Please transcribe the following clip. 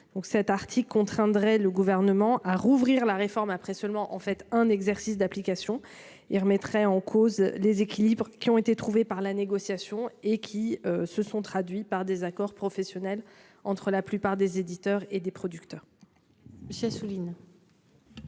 de cet article contraindrait le Gouvernement à rouvrir les discussions après seulement un exercice d'application de la réforme. Elle remettrait en cause les équilibres trouvés par la négociation, qui se sont traduits par des accords professionnels entre la plupart des éditeurs et des producteurs.